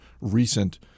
recent